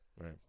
right